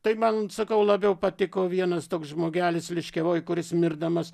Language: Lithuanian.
tai man sakau labiau patiko vienas toks žmogelis liškiavoj kuris mirdamas